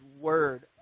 word